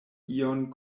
ion